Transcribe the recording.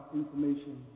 information